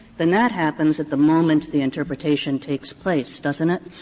then that happens at the moment the interpretation takes place, doesn't it?